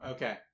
Okay